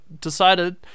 decided